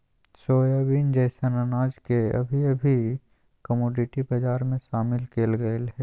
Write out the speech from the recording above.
soybean जैसन अनाज के अभी अभी कमोडिटी बजार में शामिल कइल गेल हइ